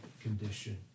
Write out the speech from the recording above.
condition